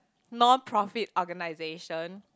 non profit organization